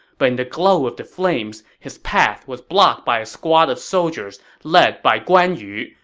but in the glow of the flames, his path was blocked by a squad of soldiers led by guan yu,